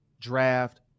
draft